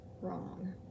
wrong